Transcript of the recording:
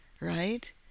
right